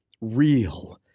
real